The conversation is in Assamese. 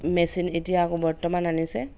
মেচিন এতিয়া আকৌ বৰ্তমান আনিছে